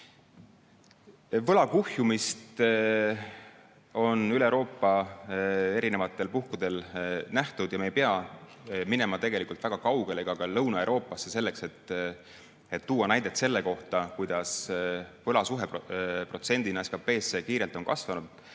Võla kuhjumist on üle Euroopa erinevatel puhkudel nähtud. Me ei pea minema väga kaugele ega Lõuna‑Euroopasse, selleks et tuua näidet selle kohta, kuidas võlasuhe protsendina SKT-sse on kiirelt kasvanud.